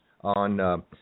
on